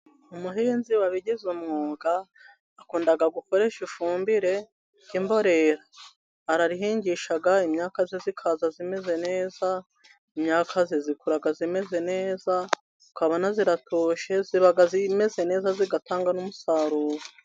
Umuhinzi wabigize umwuga, akunda gukoresha ifumbire y’imborera. Ararihingisha imyaka ye, ikaza imeze neza. Imyaka ye ikura imeze neza, ukabona iraratoshye, iba imeze neza, igatanga n’umusaruro.